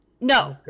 No